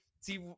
see